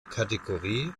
kategorie